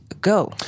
go